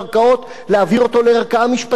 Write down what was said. להקים בתי-משפט ביהודה ושומרון.